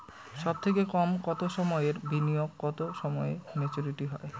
সবথেকে কম কতো সময়ের বিনিয়োগে কতো সময়ে মেচুরিটি হয়?